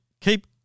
keep